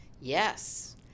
yes